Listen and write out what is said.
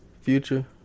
Future